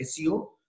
SEO